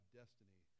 destiny